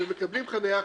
ומקבלים חניה חינם,